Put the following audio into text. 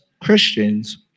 Christians